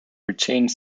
retains